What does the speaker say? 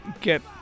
get